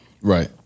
Right